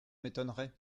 m’étonnerait